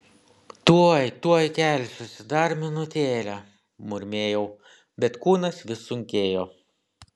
tuoj tuoj kelsiuosi dar minutėlę murmėjau bet kūnas vis sunkėjo